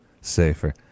Safer